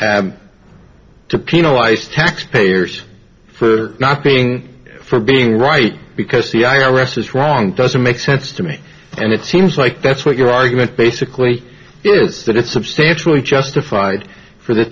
but to penalize taxpayers for not paying for being right because the i r s is wrong doesn't make sense to me and it seems like that's what your argument basically is that it's substantially justified for the